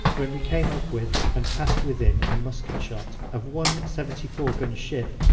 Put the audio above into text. when we came up with, and passed within a musquet shot of, one seventy-four gun ship,